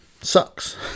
sucks